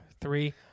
three